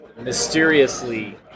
mysteriously